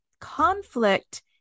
conflict